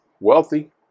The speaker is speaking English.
wealthy